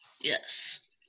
yes